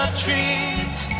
trees